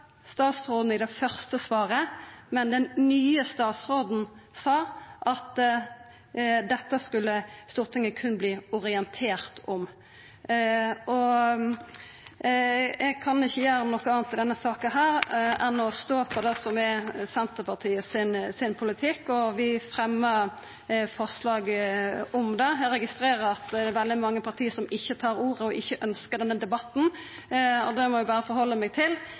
statsråden i det første svaret, men den nye statsråden sa at dette skulle Stortinget berre verta orientert om. Eg kan ikkje gjera noko anna i denne saka enn å stå på det som er Senterpartiet sin politikk, og vi fremjar forslag om det. Eg registrerer at det er veldig mange parti som ikkje tar ordet og ikkje ønskjer denne debatten, og det må eg berre